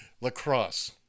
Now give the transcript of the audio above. Lacrosse